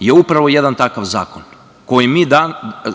je upravo jedan takav zakon, kojim mi